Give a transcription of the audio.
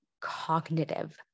cognitive